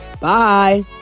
Bye